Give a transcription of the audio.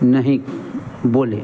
नहीं बोले